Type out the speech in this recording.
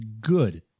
good